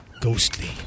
Ghostly